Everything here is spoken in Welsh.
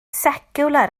seciwlar